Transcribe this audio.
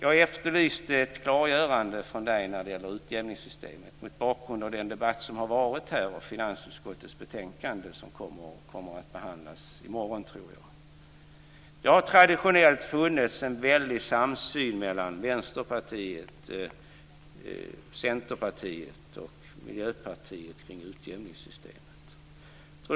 Jag efterlyste ett klargörande från Lena Ek om utjämningssystemet mot bakgrund av den debatt som har varit om det betänkande från finansutskottet som jag tror kommer att behandlas i morgon. Det har traditionellt funnits en väldig samsyn mellan Vänsterpartiet, Centerpartiet och Miljöpartiet kring utjämningssystemet.